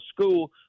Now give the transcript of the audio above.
school